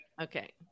Okay